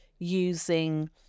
using